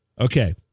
Okay